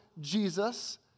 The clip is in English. Jesus